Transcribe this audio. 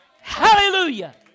Hallelujah